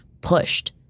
pushed